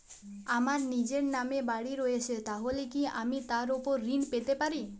আমার নিজের নামে বাড়ী রয়েছে তাহলে কি আমি তার ওপর ঋণ পেতে পারি?